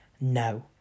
no